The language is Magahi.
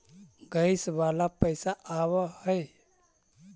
गैस वाला पैसा आव है?